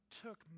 took